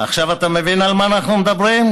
עכשיו אתה מבין על מה אנחנו מדברים?